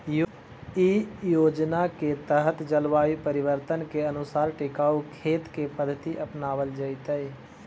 इ योजना के तहत जलवायु परिवर्तन के अनुसार टिकाऊ खेत के पद्धति अपनावल जैतई